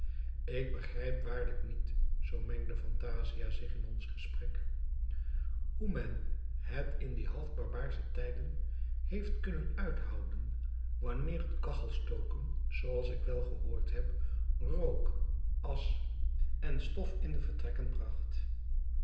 ik begrijp waarlijk niet zoo mengde phantasia zich in ons gesprek hoe men het in die nog half barbaarsche tijden heeft kunnen uithouden wanneer het kachelstoken zooals ik wel gehoord heb rook asch en stof in de vertrekken bracht